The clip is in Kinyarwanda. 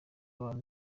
abantu